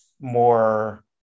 more